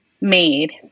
made